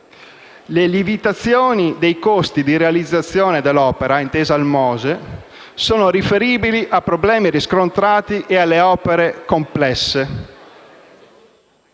la lievitazione dei costi di realizzazione dell'opera (il MOSE) sono riferibili ai problemi riscontrati e alla complessità